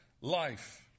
life